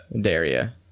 Daria